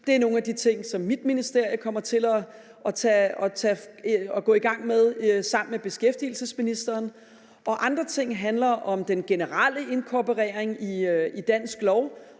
Det er nogle af de ting, som mit ministerium kommer til at gå i gang med sammen med beskæftigelsesministeren. Andre ting handler om den generelle inkorporering i dansk lov,